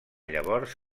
llavors